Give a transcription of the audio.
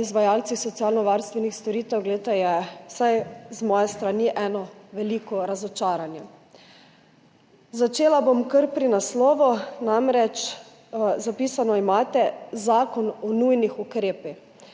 izvajalcih socialnovarstvenih storitev in dolgotrajne oskrbe, vsaj z moje strani eno veliko razočaranje. Začela bom kar pri naslovu, namreč zapisano imate zakon o nujnih ukrepih.